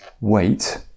wait